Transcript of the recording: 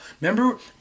Remember